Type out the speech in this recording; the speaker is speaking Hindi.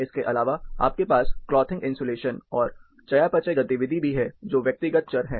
इसके अलावा आपके पास क्लॉथिंग इन्सुलेशन और चयापचय गतिविधि भी हैं जो व्यक्तिगत चर हैं